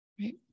Right